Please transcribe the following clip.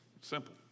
Simple